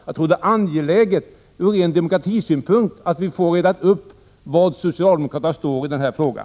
Jag tror att det är angeläget ur ren demokratisynpunkt att vi får reda ut var socialdemokraterna står i den här frågan.